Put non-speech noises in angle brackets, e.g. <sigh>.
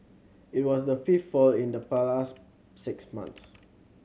it was the fifth fall in the <unintelligible> last six months